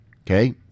Okay